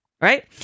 Right